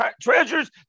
treasures